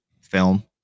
film